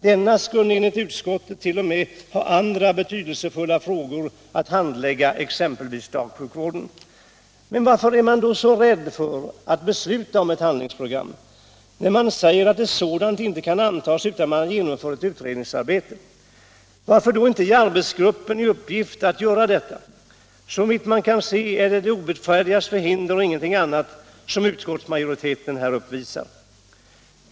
Denna skulle enligt utskottet t.o.m. ha andra betydelsefulla frågor att handlägga, exempelvis dagsjukvården. Men varför är man då så rädd för att besluta om ett handlingsprogram? När man säger att ett sådant inte kan antas utan att man genomför ett utredningsarbete, varför då inte ge arbetsgruppen i uppgift att göra detta? Såvitt man kan se är det de obotfärdigas förhinder och ingenting annat som utskottsmajoriteten här uppvisar.